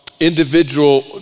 individual